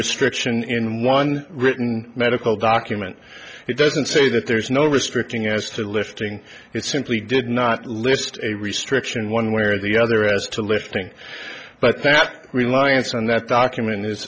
restriction in one written medical document it doesn't say that there is no restricting as to lifting it simply did not list a restriction one way or the other as to lifting but that reliance on that document is